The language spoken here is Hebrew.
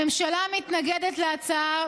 הממשלה מתנגדת להצעה,